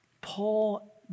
Paul